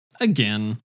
again